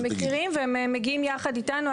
הם מכירים והם מגיעים יחד איתנו,